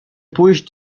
pójść